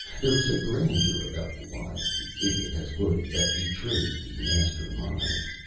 there is a grandeur about the lines the idiot has quoted that betrays the master-mind.